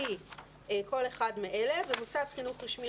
היא כל אחד מאלה: במוסד חינוך רשמי,